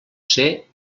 ser